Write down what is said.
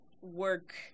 work